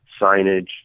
signage